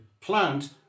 plant